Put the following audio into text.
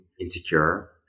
insecure